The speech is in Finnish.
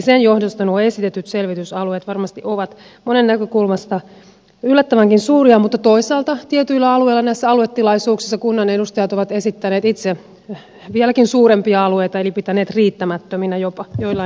sen johdosta nuo esitetyt selvitysalueet varmasti ovat monen näkökulmasta yllättävänkin suuria mutta toisaalta tietyillä alueilla näissä aluetilaisuuksissa kunnan edustajat ovat esittäneet itse vieläkin suurempia alueita eli pitäneet selvitysalueita jopa riittämättöminä joillain alueilla